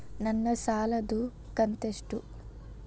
ನನ್ನ ಸಾಲದು ಕಂತ್ಯಷ್ಟು?